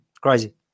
crazy